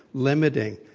limiting,